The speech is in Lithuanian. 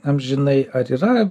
amžinai ar yra